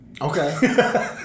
okay